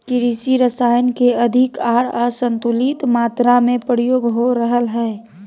कृषि रसायन के अधिक आर असंतुलित मात्रा में प्रयोग हो रहल हइ